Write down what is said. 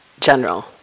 general